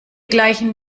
gleichen